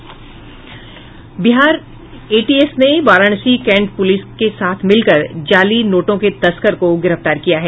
Bihar ATS ने Varanasi cantt police के साथ मिलकर जाली नोटों के तस्कर को गिरफ्तार किया है